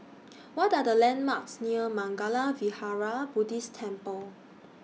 What Are The landmarks near Mangala Vihara Buddhist Temple